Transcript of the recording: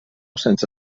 sense